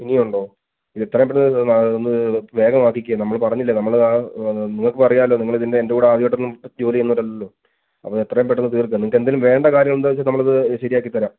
ഇനിയും ഉണ്ടോ ഇത് എത്രയും പെട്ടെന്ന് ഒന്ന് വേഗം ആക്കിക്ക് നമ്മൾ പറഞ്ഞില്ലേ നമ്മൾ നിങ്ങൾക്കും അറിയാലോ നിങ്ങളും ഇതിൽ എന്റെ കൂടെ ആദ്യമായിട്ടൊന്നും ജോലി ചെയ്യുന്നവർ അല്ലല്ലോ അപ്പോൾ എത്രയും പെട്ടെന്ന് തീർക്ക് നിങ്ങൾക്ക് എന്തെങ്കിലും വേണ്ട കാര്യം എന്താണ് വെച്ചാൽ നമ്മൾ അത് ശരിയാക്കി തരാം